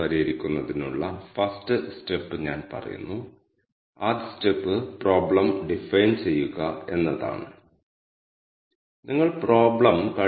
csv ൽ നിന്നുള്ള data ഇവിടെ താഴെ പറയുന്ന കമാൻഡ് എക്സിക്യൂട്ട് ചെയ്യുന്നതിലൂടെ വായിക്കാൻ കഴിയും